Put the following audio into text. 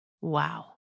Wow